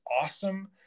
awesome